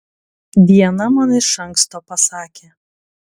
diana man iš anksto pasakė